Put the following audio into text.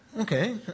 okay